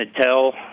tell